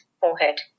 forehead